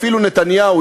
אפילו נתניהו,